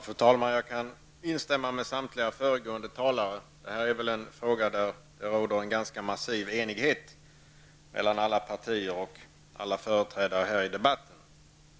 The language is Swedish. Fru talman! Jag kan instämma med det samtliga föregående talare sagt. Det här är väl en fråga där det råder en ganska massiv enighet mellan alla partier och företrädare i debatten.